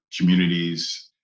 communities